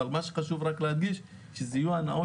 אבל מה שחשוב להדגיש הוא שאלה יהיו הנעות